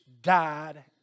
died